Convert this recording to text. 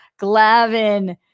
Glavin